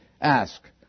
ask